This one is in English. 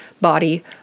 body